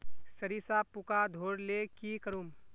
सरिसा पूका धोर ले की करूम?